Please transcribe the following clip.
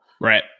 Right